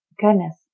goodness